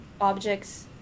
objects